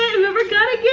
whoever caught it yeah